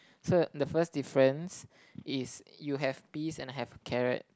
so the first difference is you have peas and I have carrots